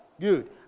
Good